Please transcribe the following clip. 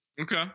Okay